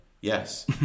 yes